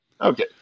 Okay